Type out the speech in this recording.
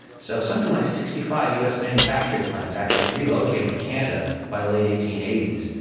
so something like sixty five us manufacturing plants actually relocated to canada by late eighteen eighty s.